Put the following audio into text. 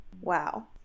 Wow